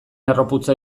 harroputza